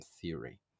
Theory